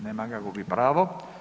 Nema ga, gubi pravo.